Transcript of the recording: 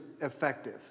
effective